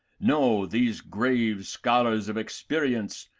know, these grave scholars of experience,